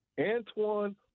Antoine